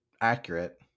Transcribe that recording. accurate